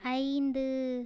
ஐந்து